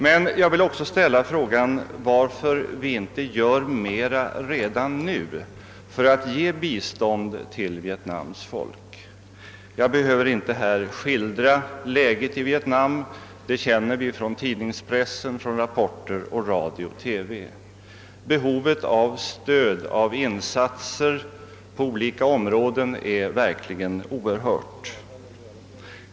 Men jag vill också ställa frågan var för vi inte gör mera redan nu för att ge Vietnams folk bistånd. Jag behöver inte här skildra läget i Vietnam; det känner vi från rapporter i press, radio och TV. Behovet av insatser på olika områden är verkligen oerhört.